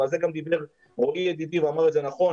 ועל זה גם דיבר מורי ידידי והוא אמר את זה נכון,